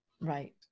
Right